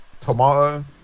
Tomato